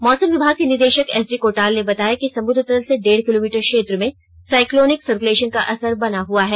मौसम विभाग के निदेषक एसडी कोटाल ने बताया कि समुद्रतल से डेढ किलामीटर क्षेत्र में साईक्लोनिक सर्कलेषन का असर बना हआ है